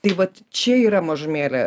tai vat čia yra mažumėlę